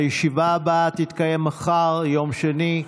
הישיבה הבאה תתקיים מחר, יום שני,